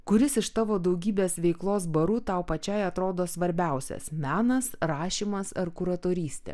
kuris iš tavo daugybės veiklos barų tau pačiai atrodo svarbiausias menas rašymas ar kur autorystė